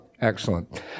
Excellent